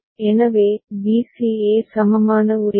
எனவே b c e சமமான உரிமை